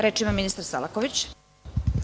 Reč ima ministar Selaković.